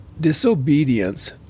Disobedience